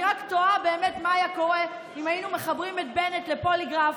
אני רק תוהה מה היה קורה אם היינו מחברים את בנט לפוליגרף.